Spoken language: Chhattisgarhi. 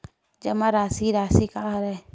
जमा राशि राशि का हरय?